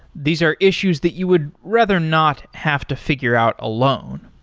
these are issues that you would rather not have to figure out alone.